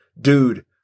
Dude